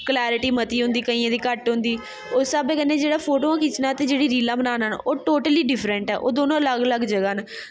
clarity मती होंदी केइयें दी घट्ट होंदी उस स्हाबै कन्नै जेह्ड़ा फोटू खिच्चना ऐ ते जेह्ड़ी रीलां बनाना न ओह् टोटली डिफ्रैंट ऐ ओह् दोनों अलग अलग ज'गां न